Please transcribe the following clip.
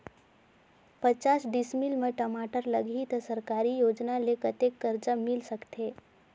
पचास डिसमिल मा टमाटर लगही त सरकारी योजना ले कतेक कर्जा मिल सकथे?